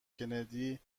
کندی